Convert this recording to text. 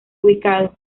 ubicado